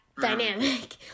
dynamic